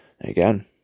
Again